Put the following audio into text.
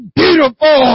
beautiful